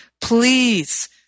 Please